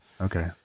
Okay